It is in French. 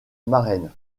marraine